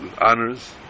honors